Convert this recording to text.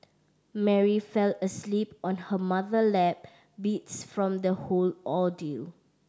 Mary fell asleep on her mother lap beats from the whole ordeal